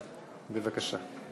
בבקשה.